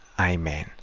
Amen